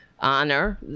honor